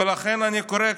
ולכן אני קורא,